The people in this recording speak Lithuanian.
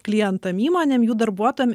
klientam įmonėm jų darbuotojam